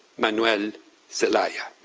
manuel zelaya.